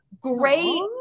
great